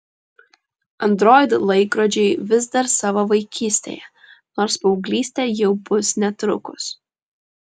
android laikrodžiai vis dar savo vaikystėje nors paauglystė jau bus netrukus